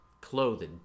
clothed